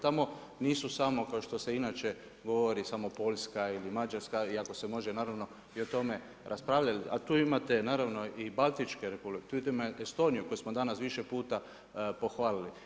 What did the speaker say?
Tamo nisu samo kao što se inače govori samo Poljska ili Mađarska iako se može naravno i o tome raspravljati, a tu imate naravno i baltičke republike, tu imate Estoniju koju smo danas više puta pohvalili.